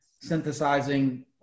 synthesizing